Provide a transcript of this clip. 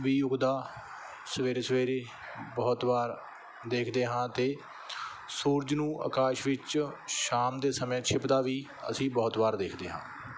ਵੀ ਉੱਗਦਾ ਸਵੇਰੇ ਸਵੇਰੇ ਬਹੁਤ ਵਾਰ ਦੇਖਦੇ ਹਾਂ ਅਤੇ ਸੂਰਜ ਨੂੰ ਆਕਾਸ਼ ਵਿੱਚ ਸ਼ਾਮ ਦੇ ਸਮੇਂ ਛਿਪਦਾ ਵੀ ਅਸੀਂ ਬਹੁਤ ਵਾਰ ਦੇਖਦੇ ਹਾਂ